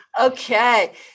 Okay